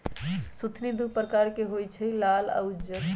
सुथनि दू परकार के होई छै लाल आ उज्जर